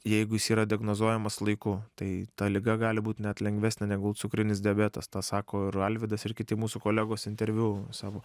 jeigu jis yra diagnozuojamas laiku tai ta liga gali būt net lengvesnė negu cukrinis diabetas tą sako ir alvydas ir kiti mūsų kolegos interviu savo